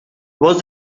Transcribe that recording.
voz